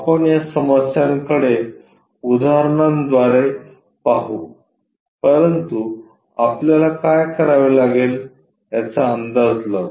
आपण या समस्यांकडे उदाहरणांद्वारे पाहू परंतु आपल्याला काय करावे लागेल याचा अंदाज लावू